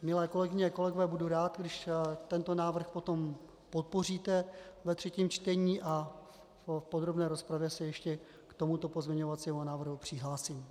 Milé kolegyně a kolegové, budu rád, když tento návrh potom podpoříte ve třetím čtení, a v podrobné rozpravě se ještě k tomuto pozměňovacímu návrhu přihlásím.